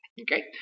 okay